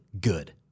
good